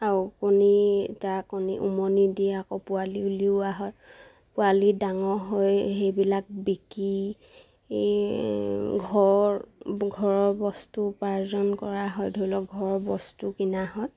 আৰু কণী তাৰ কণী উমনি দিয়ে আকৌ পোৱালি উলিওৱা হয় পোৱালি ডাঙৰ হৈ সেইবিলাক বিকি ঘৰ ঘৰৰ বস্তু উপাৰ্জন কৰা হয় ধৰি লওক ঘৰৰ বস্তু কিনা হয়